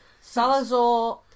Salazar